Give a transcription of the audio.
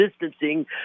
distancing